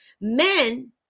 Men